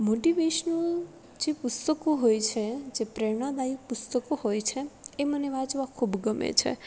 motivational જે પુસ્તકો હોય છે જે પ્રેરણાદાયી પુસ્તકો હોય છે એ મને વાંચવા ખૂબ ગમે છે